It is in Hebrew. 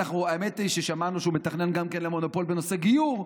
האמת היא ששמענו שהוא מתכנן גם לגבי המונופול בנושא גיור.